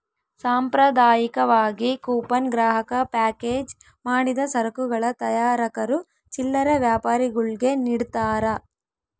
ಸಾಂಪ್ರದಾಯಿಕವಾಗಿ ಕೂಪನ್ ಗ್ರಾಹಕ ಪ್ಯಾಕೇಜ್ ಮಾಡಿದ ಸರಕುಗಳ ತಯಾರಕರು ಚಿಲ್ಲರೆ ವ್ಯಾಪಾರಿಗುಳ್ಗೆ ನಿಡ್ತಾರ